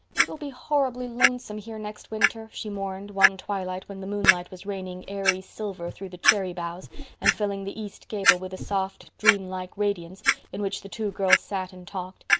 it will be horribly lonesome here next winter, she mourned, one twilight when the moonlight was raining airy silver through the cherry boughs and filling the east gable with a soft, dream-like radiance in which the two girls sat and talked,